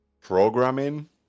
programming